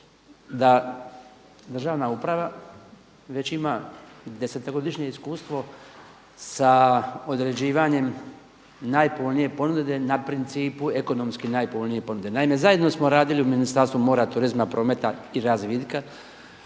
da državna uprava već ima desetogodišnje iskustvo sa određivanjem najpovoljnije ponude na principu ekonomski najpovoljnije ponude. Naime, zajedno smo radili u Ministarstvu mora, turizma, prometa i razvitka,